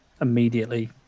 Immediately